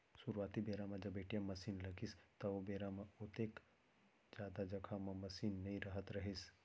सुरूवाती बेरा म जब ए.टी.एम मसीन लगिस त ओ बेरा म ओतेक जादा जघा म मसीन नइ रहत रहिस